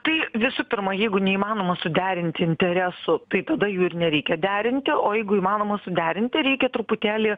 tai visų pirma jeigu neįmanoma suderinti interesų tai tada jų ir nereikia derinti o jeigu įmanoma suderinti reikia truputėlį